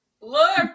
Look